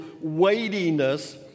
weightiness